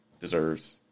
deserves